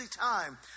time